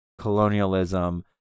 colonialism